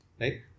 Right